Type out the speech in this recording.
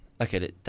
okay